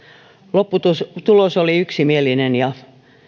lopputulos oli yksimielinen ja